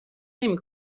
نمی